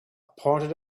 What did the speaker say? pointed